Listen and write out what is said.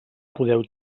podeu